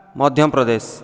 Madhya Pradesh